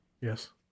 Yes